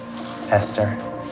Esther